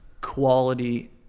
quality